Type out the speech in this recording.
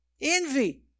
Envy